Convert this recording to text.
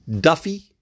Duffy